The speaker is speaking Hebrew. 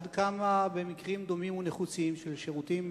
עד כמה, במקרים דומים ונחוצים של שירותים